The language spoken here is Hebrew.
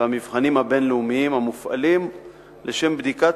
והמבחנים הבין-לאומיים המופעלים לשם בדיקת